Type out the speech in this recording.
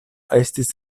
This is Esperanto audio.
estis